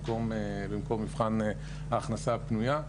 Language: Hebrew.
במקום מבחן ההכנסה הפנויה,